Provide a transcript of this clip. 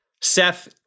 Seth